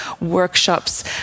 workshops